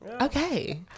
okay